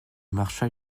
marcha